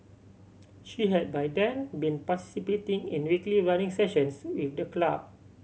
she had by then been participating in weekly running sessions with the club